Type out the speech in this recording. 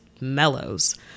mellows